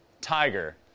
Tiger